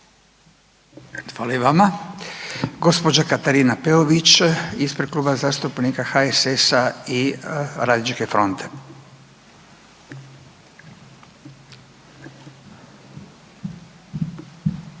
Hvala i vama. Gospođa Katarina Peović ispred Kluba zastupnika HSS-a i Radničke fronte. Izvolite.